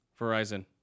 Verizon